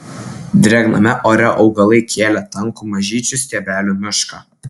drėgname ore augalai kėlė tankų mažyčių stiebelių mišką